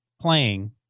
playing